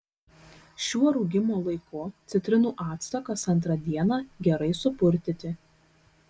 šiuo rūgimo laiku citrinų actą kas antrą dieną gerai supurtyti